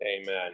amen